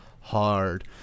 hard